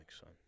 son